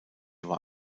war